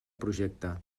projecte